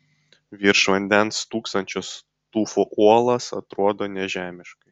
virš vandens stūksančios tufo uolos atrodo nežemiškai